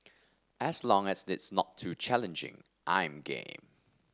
as long as it's not too challenging I'm game